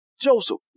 Joseph